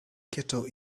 kettle